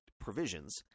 provisions